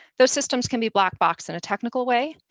those systems can be black boxed in a technical way,